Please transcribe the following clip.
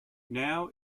now